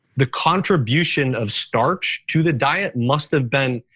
the contribution of starch to the diet must have been.